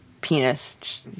penis